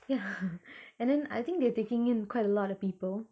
ya and then I think they taking in quite a lot of people